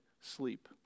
sleep